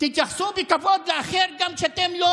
תתייחסו בכבוד לאחר גם כשאתם לא